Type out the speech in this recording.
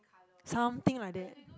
something like that